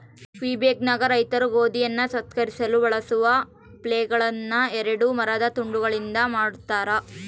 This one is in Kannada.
ಕ್ವಿಬೆಕ್ನಾಗ ರೈತರು ಗೋಧಿಯನ್ನು ಸಂಸ್ಕರಿಸಲು ಬಳಸುವ ಫ್ಲೇಲ್ಗಳುನ್ನ ಎರಡು ಮರದ ತುಂಡುಗಳಿಂದ ಮಾಡತಾರ